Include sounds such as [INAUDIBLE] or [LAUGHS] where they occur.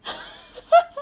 [LAUGHS]